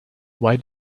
why